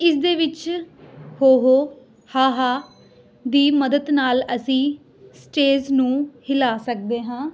ਇਸਦੇ ਵਿੱਚ ਹੋਹੋ ਹਾਹਾ ਦੀ ਮਦਦ ਨਾਲ ਅਸੀਂ ਸਟੇਜ ਨੂੰ ਹਿਲਾ ਸਕਦੇ ਹਾਂ